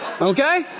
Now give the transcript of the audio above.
Okay